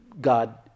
God